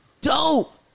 Dope